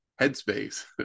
headspace